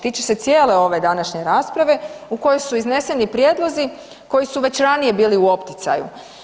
Tiče se cijele ove današnje rasprave u kojoj su izneseni prijedlozi koji su već ranije bili u opticaju.